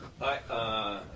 Hi